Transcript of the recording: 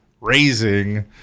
raising